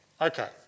Okay